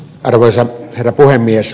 arvoisa herra puhemies